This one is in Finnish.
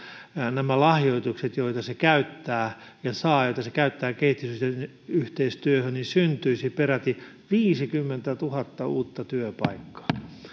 nämä lahjoitukset joita se saa ja joita se käyttää kehitysyhteistyöhön niin syntyisi peräti viisikymmentätuhatta uutta työpaikkaa